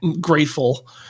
grateful